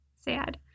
sad